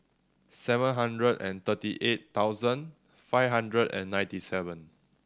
seven hundred and thirty eight thousand five hundred and ninety seven